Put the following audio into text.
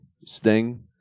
Sting